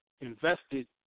invested